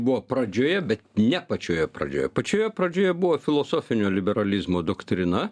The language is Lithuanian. buvo pradžioje bet net pačioje pradžioje pačioje pradžioje buvo filosofinio liberalizmo doktrina